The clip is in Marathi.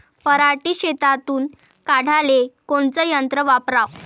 पराटी शेतातुन काढाले कोनचं यंत्र वापराव?